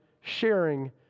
sharing